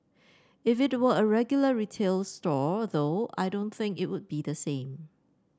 if it were a regular retail store though I don't think it would be the same